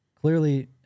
clearly